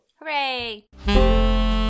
hooray